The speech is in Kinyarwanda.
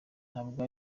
ntabwo